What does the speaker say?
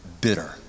bitter